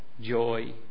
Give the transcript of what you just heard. joy